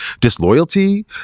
disloyalty